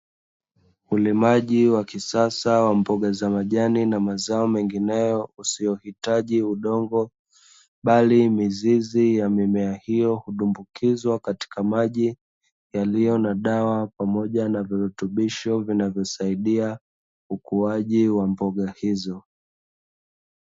Ulimaji wa kisasa wa mboga za majani na mazao mengineyo usiohitaji udongo, bali mizizi ya mimea hiyo hudumbukizwa katika maji yaliyo na dawa pamoja na virutubisho vinavyosaidia ukuaji wa mboga hizo.